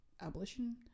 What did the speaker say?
abolition